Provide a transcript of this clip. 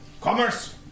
commerce